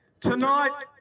tonight